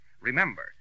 remember